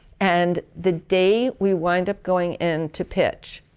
and the day we wind up going into pitch,